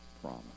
promise